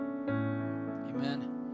Amen